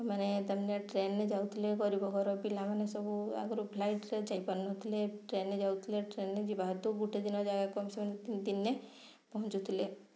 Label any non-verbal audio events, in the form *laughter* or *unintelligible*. ମାନେ ତା' ମାନେ ଟ୍ରେନ୍ରେ ଯାଉଥିଲେ ଗରିବ ଘର ପିଲାମାନେ ସବୁ ଆଗରୁ ଫ୍ଲାଇଟ୍ରେ ଯାଇପାରୁନଥିଲେ ଟ୍ରେନ୍ରେ ଯାଉଥିଲେ ଟ୍ରେନ୍ରେ ଯିବା ହେତୁ ଗୋଟେ ଦିନ ଜାଗାକୁ *unintelligible* ଦିନେ ପହଞ୍ଚୁଥିଲେ